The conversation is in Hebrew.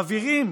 מעבירים